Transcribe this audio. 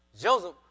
Joseph